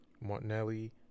Martinelli